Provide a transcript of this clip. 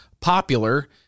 popular